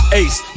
ace